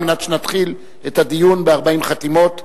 על מנת שנתחיל את הדיון ב-40 חתימות.